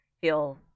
feel